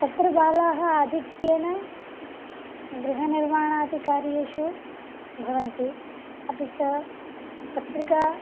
तत्र बालाः आधिक्येन गृहनिर्माणादिकार्येषु भवन्ति अपि चे पत्रिका